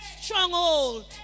stronghold